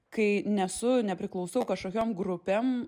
kai nesu nepriklausau kažkokiom grupėm